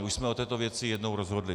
Už jsme o této věci jednou rozhodli.